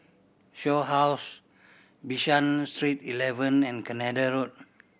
Shaw House Bishan Street Eleven and Canada Road